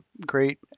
great